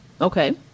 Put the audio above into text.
okay